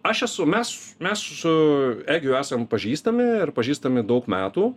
aš esu mes mes su egiu esam pažįstami ir pažįstami daug metų